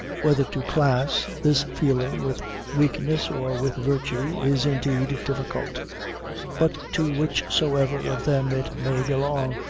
whether to class this feeling with weakness or with virtue, is indeed difficult but to whichsoever of them it may belong,